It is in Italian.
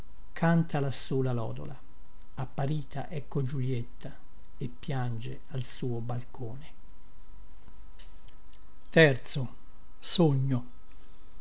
lassù la lodola apparita ecco giulietta e piange al suo balcone